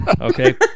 Okay